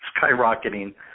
skyrocketing